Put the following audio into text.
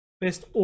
best